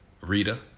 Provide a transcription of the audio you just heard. Rita